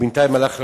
בינתיים הלך לעולמו.